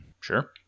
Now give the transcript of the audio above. Sure